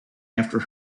after